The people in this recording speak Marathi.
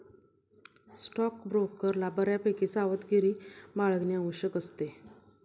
स्टॉकब्रोकरला बऱ्यापैकी सावधगिरी बाळगणे आवश्यक असते